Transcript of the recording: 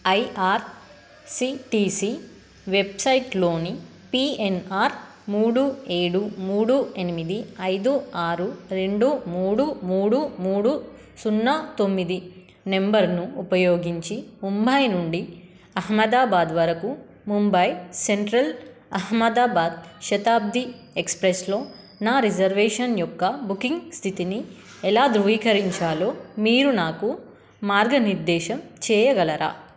IRCTC వెబ్సైట్లోని PNR మూడు ఏడు మూడు ఎనిమిది ఐదు ఆరు రెండు మూడు మూడు మూడు సున్నా తొమ్మిది నెంబర్ను ఉపయోగించి ముంబై నుండి అహ్మదాబాద్ వరకు ముంబై సెంట్రల్ అహ్మదాబాద్ శతాబ్ది ఎక్స్ప్రెస్లో నా రిజర్వేషన్ యొక్క బుకింగ్ స్థితిని ఎలా ధృవీకరించాలో మీరు నాకు మార్గనిర్దేశం చేయగలరా